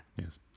yes